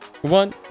one